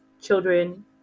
children